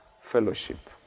fellowship